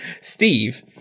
Steve